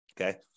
Okay